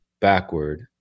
backward